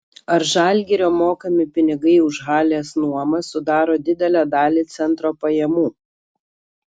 ar žalgirio mokami pinigai už halės nuomą sudaro didelę dalį centro pajamų